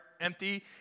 empty